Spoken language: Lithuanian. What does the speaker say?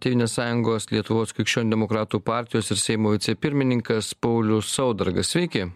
tėvynės sąjungos lietuvos krikščionių demokratų partijos ir seimo vicepirmininkas paulius saudargas sveiki